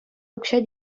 укҫа